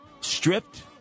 stripped